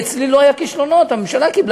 ואצלי לא היו כישלונות: הממשלה קיבלה